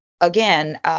again